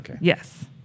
Yes